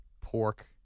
Pork